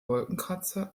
wolkenkratzer